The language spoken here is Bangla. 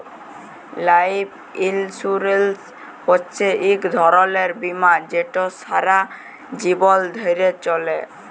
লাইফ ইলসুরেলস হছে ইক ধরলের বীমা যেট সারা জীবল ধ্যরে চলে